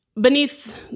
beneath